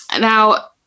Now